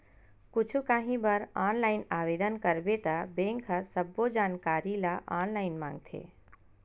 कुछु काही बर ऑनलाईन आवेदन करबे त बेंक ह सब्बो जानकारी ल ऑनलाईन मांगथे